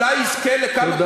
אלה לא